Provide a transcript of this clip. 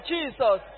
Jesus